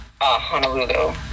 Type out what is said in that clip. Honolulu